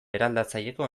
eraldatzaileko